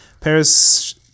Paris